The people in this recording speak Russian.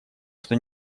что